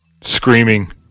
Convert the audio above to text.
Screaming